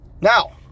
Now